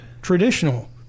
Traditional